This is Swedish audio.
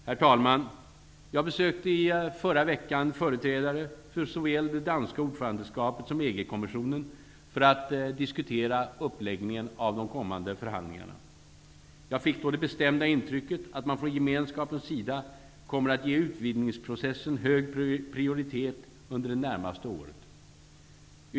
Herr talman! Jag besökte i förra veckan företrädare för såväl det danska ordförandeskapet som EG kommissionen för att diskutera uppläggningen av de kommande förhandlingarna. Jag fick då det bestämda intrycket att man från Gemenskapens sida kommer att ge utvidgningsprocessen hög prioritet under det närmaste året.